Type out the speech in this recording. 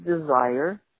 desire